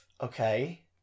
okay